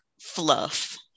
fluff